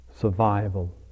survival